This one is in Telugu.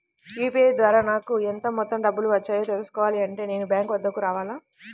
యూ.పీ.ఐ ద్వారా నాకు ఎంత మొత్తం డబ్బులు వచ్చాయో తెలుసుకోవాలి అంటే నేను బ్యాంక్ వద్దకు రావాలా?